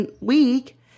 week